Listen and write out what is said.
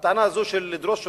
הטענה הזאת של לדרוס שוטרים,